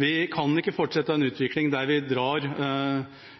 Vi kan ikke fortsette en